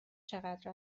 چقدر